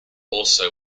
also